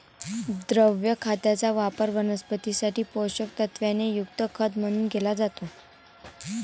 द्रव खताचा वापर वनस्पतीं साठी पोषक तत्वांनी युक्त खत म्हणून केला जातो